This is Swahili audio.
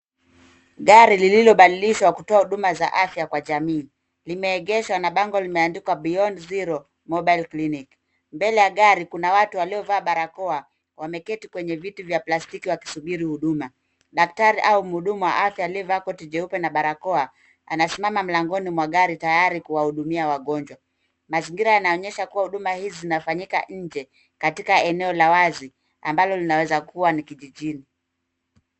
Gari lililobadilishwa kutoa huduma za afya kwa jamii limeegeshwa na bango limeandikwa beyond zero mobile clinic . Mbele ya gari kuna watu waliovaa barakoa wameketi kwenye viti vya plastiki wakisubiri huduma. Daktari au mhudumu wa afya aliyevalia koti jeupe na barakoa anasimama mlangoni mwa gari tayari kuwahudumia wagonjwa. Mazingira yanaonyesha kuwa huduma hizi zinafanyika nje katika eneo la wazi ambalo linaweza kuwa ni kijijini.